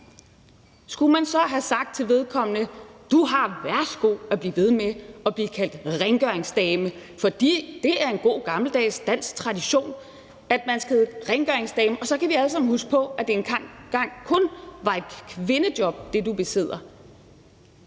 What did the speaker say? skulle man så have sagt til vedkommende: Du har værsgo at blive ved med at blive kaldt rengøringsdame, for det er en god gammel dansk tradition, at man skal hedde rengøringsdame, og så kan vi alle sammen huske på, at det job, du besidder,